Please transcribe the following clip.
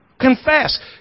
Confess